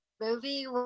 movie